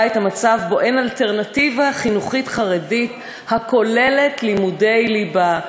את המצב שבו אין אלטרנטיבה חינוכית חרדית הכוללת לימודי ליבה.